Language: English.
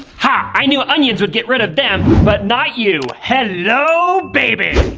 ha i knew onions would get rid of them, but not you. hello, baby!